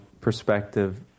perspective